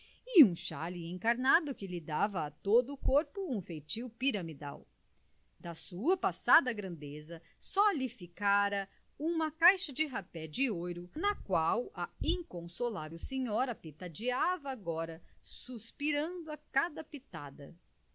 um xale encarnado que lhe dava a todo o corpo um feitio piramidal da sua passada grandeza só lhe ficara uma caixa de rapé de ouro na qual a inconsolável senhora pitadeava agora suspirando a cada pitada